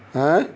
ହେଁ